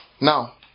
Now